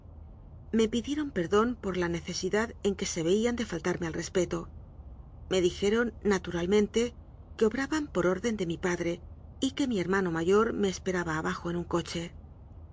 me pidieron perdón por la necesidad en que se veían de faltarme al respeto me dijeron naturalmente que obraban por orden de mi padre y que mi hermano mayor me esperaba abajo en un coche